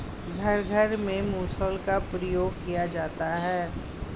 घर घर में मुसल का प्रयोग किया जाता है